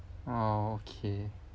oh okay